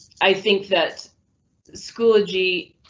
i think that schoology.